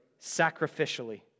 sacrificially